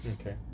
Okay